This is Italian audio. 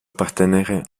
appartenere